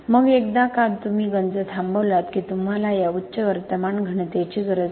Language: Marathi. मग एकदा का तुम्ही गंज थांबवलात की तुम्हाला या उच्च वर्तमान घनतेची गरज नाही